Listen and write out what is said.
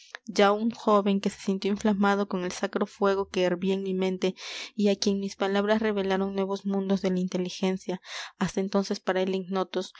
descifrar ya un joven que se sintió inflamado con el sacro fuego que hervía en mi mente y á quien mis palabras revelaron nuevos mundos de la inteligencia hasta entonces para él